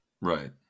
Right